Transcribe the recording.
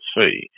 see